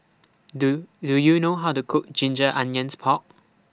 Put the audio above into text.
Do Do YOU know How to Cook Ginger Onions Pork